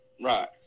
Right